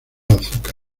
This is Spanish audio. azúcar